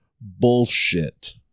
bullshit